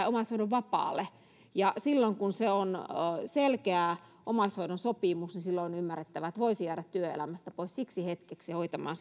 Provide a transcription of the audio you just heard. omaishoidon vapaalle ja silloin kun on selkeä omaishoidon sopimus silloin on ymmärrettävää että voisi jäädä työelämästä pois siksi hetkeksi hoitamaan